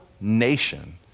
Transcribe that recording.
nation